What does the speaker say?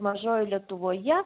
mažojoj lietuvoje